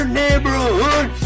neighborhood